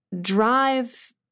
drive